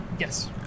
Yes